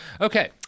Okay